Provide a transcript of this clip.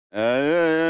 and